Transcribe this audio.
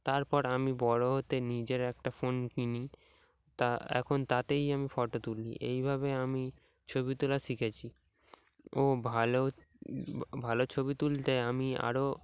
তারপর আমি বড়ো হতে নিজের একটা ফোন কিনি তা এখন তাতেই আমি ফটো তুলি এইভাবে আমি ছবি তোলা শিখেছি ও ভালো ভালো ছবি তুলতে আমি আরও